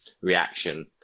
reaction